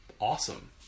awesome